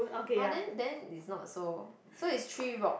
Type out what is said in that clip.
!wah! then then it's not so so it's three rocks